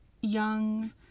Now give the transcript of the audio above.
young